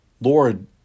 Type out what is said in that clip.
Lord